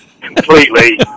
completely